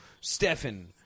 Stefan